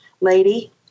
lady